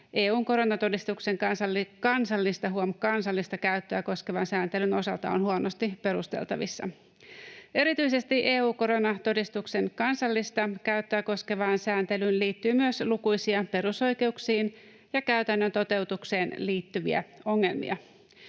kansallista — huom. kansallista — käyttöä koskevan sääntelyn osalta on huonosti perusteltavissa. Erityisesti EU:n koronatodistuksen kansallista käyttöä koskevaan sääntelyyn liittyy myös lukuisia perusoikeuksiin ja käytännön toteutukseen liittyviä ongelmia.